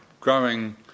growing